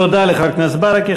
תודה לחבר הכנסת ברכה.